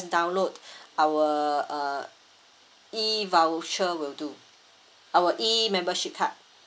download our uh E voucher will do our E membership card